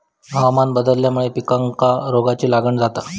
हवामान बदलल्यामुळे पिकांका रोगाची लागण जाता